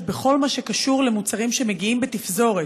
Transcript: בכל מה שקשור למוצרים שמגיעים בתפזורת,